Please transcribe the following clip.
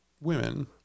women